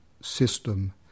system